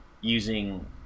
using